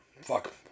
fuck